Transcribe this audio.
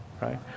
right